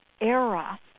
era